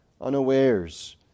unawares